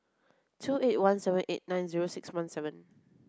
two eight one seven eight nine zero six one seven